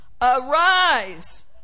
Arise